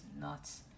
nuts